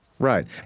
Right